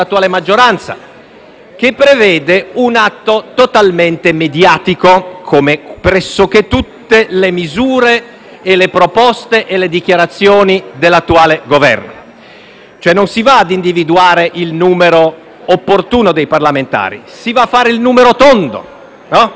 che prevede un atto totalmente mediatico, come pressoché tutte le misure, le proposte e le dichiarazioni dell'attuale Governo. Non si va cioè ad individuare il numero opportuno dei parlamentari, ma a indicare il numero tondo: è come dire